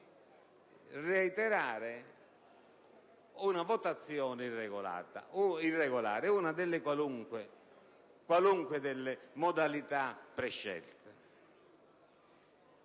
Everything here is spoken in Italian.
reiterare una votazione irregolare, espressa in una delle qualunque modalità prescelte.